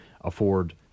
afford